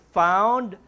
found